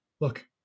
Look